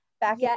back